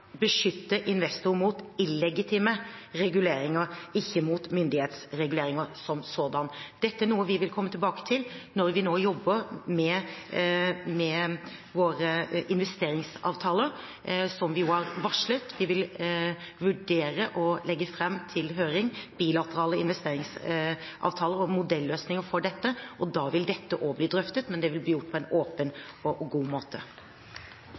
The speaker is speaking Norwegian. beskytte investor mot illegitime reguleringer, ikke mot myndighetsreguleringer som sådan. Dette er noe vi vil komme tilbake til. Vi jobber nå med våre investeringsavtaler, som vi jo har varslet at vi vil vurdere å legge fram til høring – bilaterale investeringsavtaler og modelløsninger for dette – og da vil dette også bli drøftet, men det vil bli gjort på en åpen og god måte.